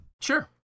Sure